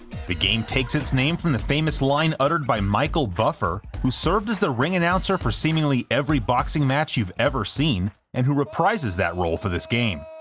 the game takes its name from the famous line uttered by michael buffer, who served as the ring announcer for seemingly every boxing match you've ever seen, and who reprises that role for this game.